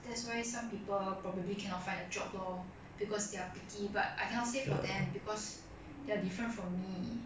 that's why some people probably cannot find a job lor because they are picky but I cannot say for them because there are different from me